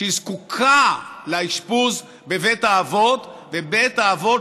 שזקוקה לאשפוז בבית האבות ובית האבות